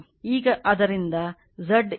ಈಗ ಆದ್ದರಿಂದ Z input V i1R1 Jω L1 ಇದು